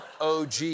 OG